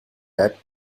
that